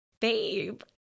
Babe